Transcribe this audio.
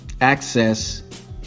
access